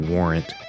Warrant